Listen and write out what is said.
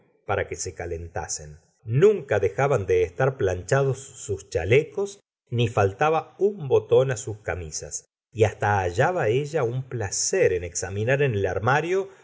para que se calentasen nunca dejaban de estar planchados st chalecos ni faltaba un botón sus camisas y hasta hallaba ella un placer en examinar en el armario